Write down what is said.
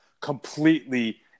completely